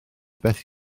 beth